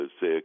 say